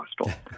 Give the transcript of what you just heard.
hostel